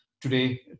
today